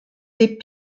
des